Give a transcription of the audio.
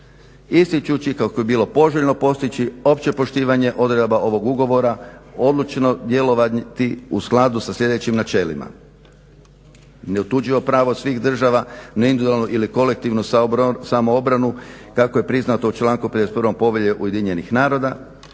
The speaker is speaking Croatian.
Ističući kako je bilo poželjno postići opće poštivanje odredaba ovog ugovora odlučno djelovati u skladu sa sljedećim načelima: neotuđivo pravo svih država, …/Govornik se ne razumije./… ili kolektivno samoobranu kako je priznato u članku 51. Povelje UN-a, rješavanje